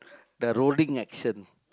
the rolling action